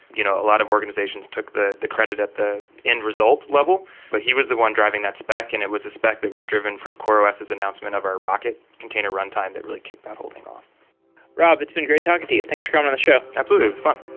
you know a lot of organizations took the the credit at the end-result level, but he was the one driving that spec and it was a spec that was driven from coreos's announcement of our rocket container runtime that really kicked that whole thing off rob, it's been great talking to you. thanks for coming on the show absolutely. it was fun